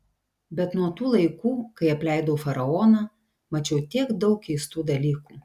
bet nuo tų laikų kai apleidau faraoną mačiau tiek daug keistų dalykų